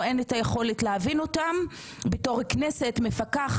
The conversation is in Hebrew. אז במקביל לעבודה המדהימה שנעשית ברשות האוכלוסין